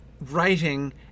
writing